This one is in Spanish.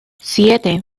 siete